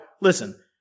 listen